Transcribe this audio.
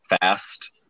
fast